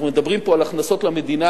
אנחנו מדברים פה על הכנסות למדינה